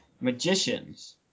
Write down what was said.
Magicians